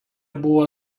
buvo